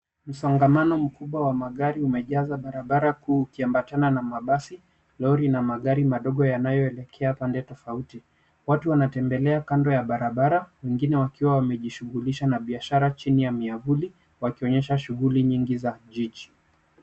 Msongamano mkubwa wa magari umejaza barabara kuu ukiambatana na mabasi, lori na magari madogo yanayoelekea pande tofauti. Watu wanatembelea kando ya barabara, wengine wakiwa wamejishughulisha kando ya biashara chini ya miavuli, wakionyesha shughuli nyingi za jiji.